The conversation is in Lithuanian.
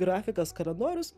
grafikas kalendorius